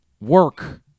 work